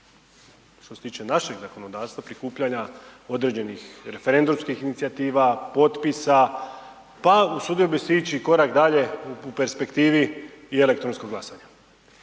što se tiče našeg zakonodavstva, prikupljanja određenih referendumskih inicijativa, potpisa pa usudio bi se ići korak dalje u perspektivi, i elektronsko glasanje?